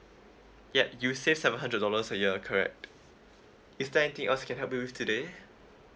yup you say seven hundred dollars per year correct is there anything else I can help you with today